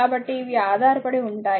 కాబట్టి ఇవి ఆధారపడి ఉంటాయి